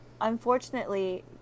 unfortunately